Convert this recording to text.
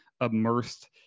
immersed